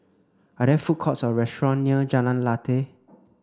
are there food courts or restaurant near Jalan Lateh